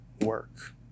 work